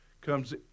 comes